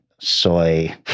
soy